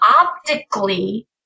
optically